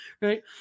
right